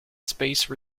space